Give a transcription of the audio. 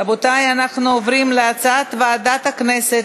רבותי, אנחנו עוברים להצעת ועדת הכנסת